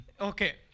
Okay